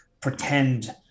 pretend